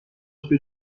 قطب